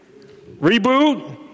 Reboot